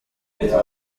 byo